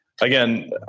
Again